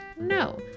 No